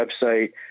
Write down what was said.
website